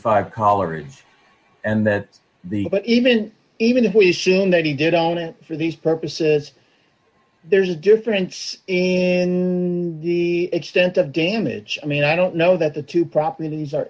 five collards and that the but even even if we shared that he did own it for these purposes there's a difference in the extent of damage i mean i don't know that the two properties